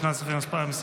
לשנת הכספים 2024,